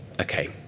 Okay